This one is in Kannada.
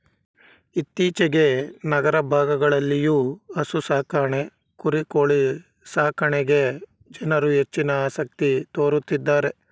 ಇತ್ತೀಚೆಗೆ ನಗರ ಭಾಗಗಳಲ್ಲಿಯೂ ಹಸು ಸಾಕಾಣೆ ಕುರಿ ಕೋಳಿ ಸಾಕಣೆಗೆ ಜನರು ಹೆಚ್ಚಿನ ಆಸಕ್ತಿ ತೋರುತ್ತಿದ್ದಾರೆ